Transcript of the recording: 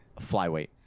Flyweight